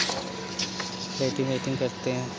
latrine वेट्रिन करते हैं